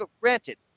granted